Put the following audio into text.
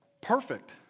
Perfect